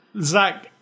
Zach